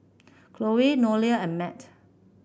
Chloe Nolia and Matt